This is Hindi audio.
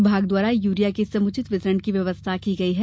विभाग द्वारा यूरिया के समुचित वितरण की व्यवस्था की गई है